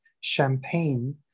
champagne